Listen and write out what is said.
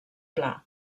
pla